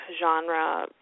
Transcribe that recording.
genre